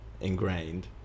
ingrained